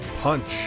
punch